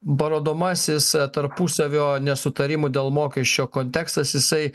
parodomasis tarpusavio nesutarimų dėl mokesčio kontekstas jisai